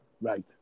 Right